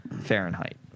Fahrenheit